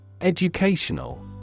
Educational